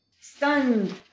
Stunned